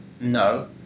no